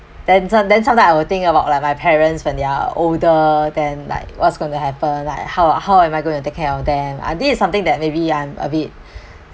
then some then sometime I will think about like my parents when they are older than like what's going to happen like how how am I going to take care of them ah this is something that maybe I'm a bit